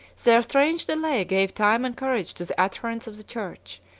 their strange delay gave time and courage to the adherents of the church,